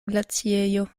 glaciejo